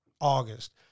August